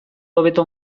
hobeto